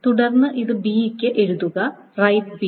തുടർന്ന് ഇത് ബിക്ക് എഴുതുക റൈററ് ബി